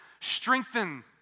Strengthen